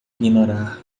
ignorar